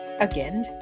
again